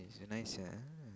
is it nice ah